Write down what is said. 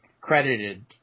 credited